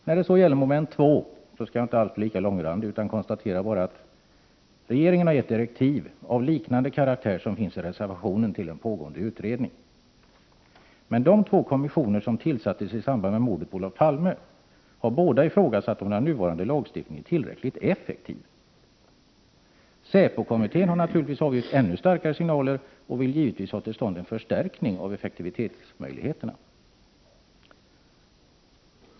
När det så gäller mom. 2 skall jag inte alls bli lika långrandig utan konstaterar bara att regeringen har gett direktiv — av liknande karaktär som i reservationen — till en pågående utredning. Men de två kommissioner som tillsattes i samband med mordet på Olof Palme har båda ifrågasatt om den nuvarande lagstiftningen är tillräckligt effektiv. Säpokommittén har naturligtvis avgett ännu starkare signaler och vill givetvis ha till stånd en förstärkning av effektivitetsmöjligheterna.